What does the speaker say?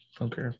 Okay